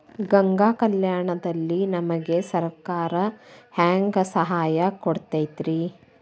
ಗಂಗಾ ಕಲ್ಯಾಣ ದಲ್ಲಿ ನಮಗೆ ಸರಕಾರ ಹೆಂಗ್ ಸಹಾಯ ಕೊಡುತೈತ್ರಿ?